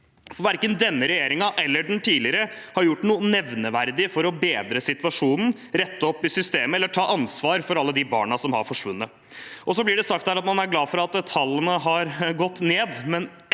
Verken denne regjeringen eller den tidligere har gjort noe nevneverdig for å bedre situasjonen, rette opp i systemet eller ta ansvar for alle de barna som har forsvunnet. Det blir sagt her at man er glad for at tallene har gått ned,